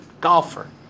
golfer